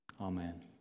amen